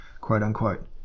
quote-unquote